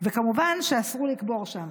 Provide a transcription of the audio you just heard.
וכמובן שאסרו לקבור שם.